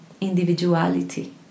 individuality